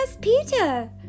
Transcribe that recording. Peter